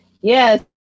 yes